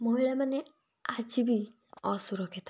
ମହିଳା ମାନେ ଆଜି ବି ଅସୁରକ୍ଷିତ